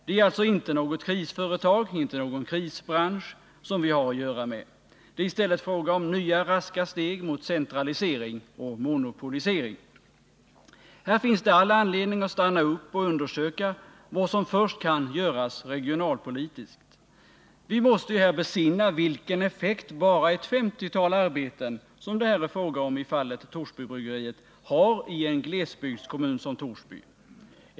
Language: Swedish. Det är alltså inte något krisföretag, inte någon krisbransch, som vi har att göra med. Det är i stället fråga om nya raska steg mot centralisering och monopolisering. Här finns det all anledning att stanna upp och undersöka vad som först kan göras regionalpolitiskt. Vi måste ju besinna vilken effekt ett bortfall av bara ett femtiotal arbeten, som det är fråga om i fallet Torsbybryggeriet, skulle ha i en glesbygdskommun som Torsby.